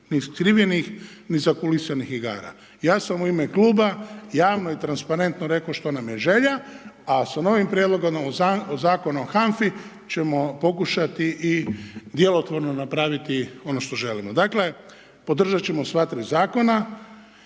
ni iskrivljenih ni zakulisanih igara. Ja sam u ime kluba javno i transparentno rekao što nam je želja, a sa novim prijedlogom Zakona o HANFA-i ćemo pokušati i djelotvorno napraviti ono što želimo. Dakle, podržat ćemo sva 3 zakona